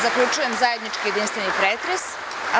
Zaključujem zajednički jedinstveni pretres.